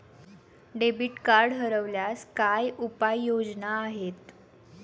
Debit card हरवल्यास काय उपाय योजना आहेत?